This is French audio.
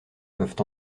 peuvent